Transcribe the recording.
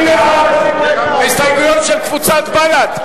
מי בעד ההסתייגויות של קבוצת בל"ד?